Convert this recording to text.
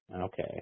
Okay